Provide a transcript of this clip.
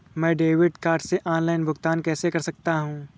मैं debit card से online भुगतान कैसे कर सकता हूँ?